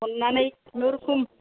अननानै खुनुरखुम